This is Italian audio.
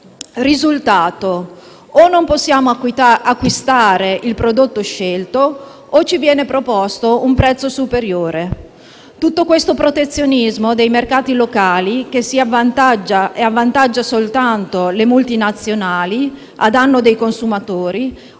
risultato è che non possiamo acquistare il prodotto scelto oppure ci viene proposto un prezzo superiore. Tutto questo protezionismo dei mercati locali, che avvantaggiava solo le multinazionali a danno dei consumatori,